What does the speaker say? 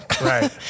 Right